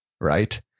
right